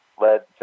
led